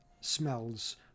smells